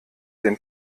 den